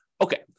Okay